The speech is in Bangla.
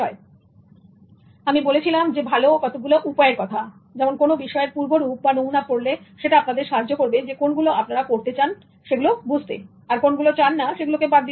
সুতরাং আমিই বলেছিলাম কিছু ভালো উপায়ের কথা যেমন কোন বিষয়ের পূর্বরূপ নমুনা পড়লে সেটা আপনাদের সাহায্য করবে কোনগুলো আপনারা পড়তে চান সেগুলো বুঝতে এবং কোনগুলো চান না সেগুলো বাদ দিতে